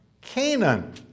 Canaan